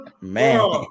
man